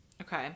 okay